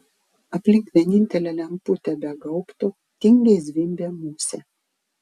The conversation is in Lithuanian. aplink vienintelę lemputę be gaubto tingiai zvimbė musė